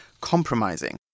compromising